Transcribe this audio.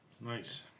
Nice